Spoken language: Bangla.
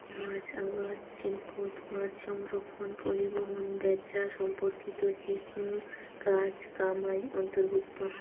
মাছ আবাদ শিল্পত মাছসংরক্ষণ, পরিবহন, ব্যাচা সম্পর্কিত যেকুনো কাজ কামাই অন্তর্ভুক্ত